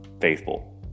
faithful